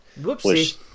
Whoopsie